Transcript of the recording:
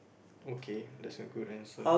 okay that's a good answer